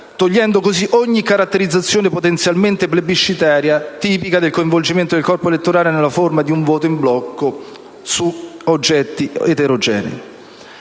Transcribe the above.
togliendo così ogni caratterizzazione potenzialmente plebiscitaria tipica del coinvolgimento del corpo elettorale nella forma di un voto in blocco su oggetti eterogenei.